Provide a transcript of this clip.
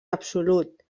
absolut